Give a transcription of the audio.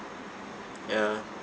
ya